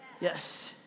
Yes